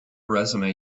resume